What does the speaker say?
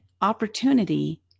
opportunity